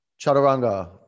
Chaturanga